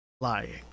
lying